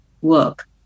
work